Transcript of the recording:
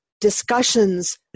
discussions